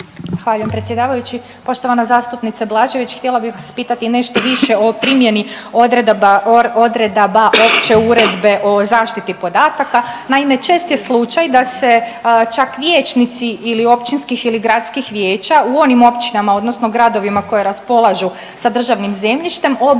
predsjedavajući. Poštovana zastupnice Blažević htjela bih vas pitati nešto više o primjeni odredaba opće uredbe o zaštiti podataka. Naime, čest je slučaj da se čak vijećnici ili općinskih ili gradskih vijeća u onim općinama odnosno gradovima koja raspolažu sa državnim zemljištem obraćaju